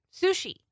sushi